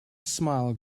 smile